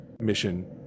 mission